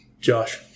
Josh